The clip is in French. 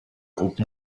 groupe